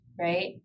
right